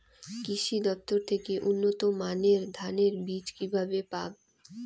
কৃষি দফতর থেকে উন্নত মানের ধানের বীজ কিভাবে পাব?